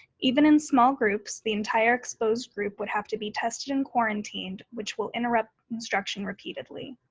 even in small groups, the entire exposed group would have to be tested and quarantined which will interrupt instruction repeatedly.